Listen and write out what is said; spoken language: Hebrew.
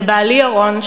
לבעלי ירון,